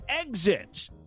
exit